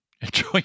Enjoy